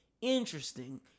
interesting